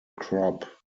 crop